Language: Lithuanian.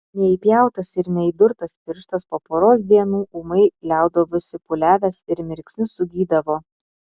neįpjautas ir neįdurtas pirštas po poros dienų ūmai liaudavosi pūliavęs ir mirksniu sugydavo